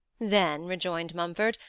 then, rejoined mumford,